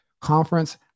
conference